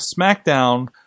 SmackDown